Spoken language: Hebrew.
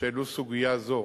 שהעלו סוגיה זו,